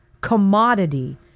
commodity